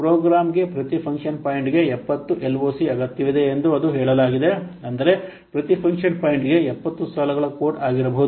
ಪ್ರೋಗ್ರಾಂಪ್ರೋಗ್ರಾಮ್ಗೆ ಪ್ರತಿ ಫಂಕ್ಷನ್ ಪಾಯಿಂಟ್ಗೆ 70 ಎಲ್ಒಸಿ ಅಗತ್ಯವಿದೆ ಎಂದು ಅದು ಹೇಳಲಾಗಿದೆ ಅಂದರೆ ಪ್ರತಿ ಫಂಕ್ಷನ್ ಪಾಯಿಂಟ್ಗೆ 70 ಸಾಲುಗಳ ಕೋಡ್ ಆಗಿರಬಹುದು